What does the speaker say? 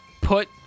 put